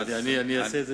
אני אעשה את זה